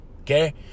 okay